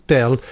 Tell